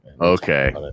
Okay